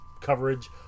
coverage